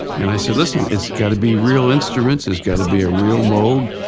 and i said, listen. it's got to be real instruments. it's got to be a real moog.